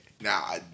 Now